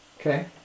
Okay